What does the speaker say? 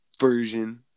version